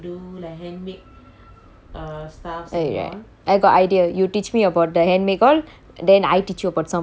I got idea you teach me about the hand make all then I teach you about some of my cooking recipes how is it